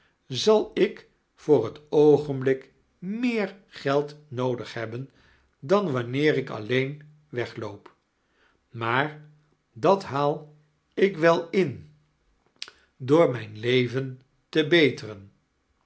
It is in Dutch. zal ik voor het oogenblik meer geld noodig hebben dan wanneer ik alleein wegloop maar dat haal ik wel in door mijn leven te beterem